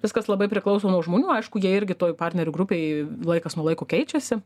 viskas labai priklauso nuo žmonių aišku jie irgi toj partnerių grupėj laikas nuo laiko keičiasi